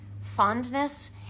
fondness